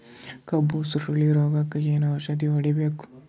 ಕಬ್ಬು ಸುರಳೀರೋಗಕ ಏನು ಔಷಧಿ ಹೋಡಿಬೇಕು?